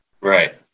Right